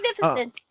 magnificent